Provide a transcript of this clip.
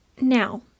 Now